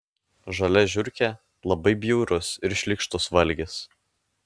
žalia žiurkė labai bjaurus ir šlykštus valgis